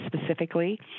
specifically